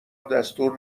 دستور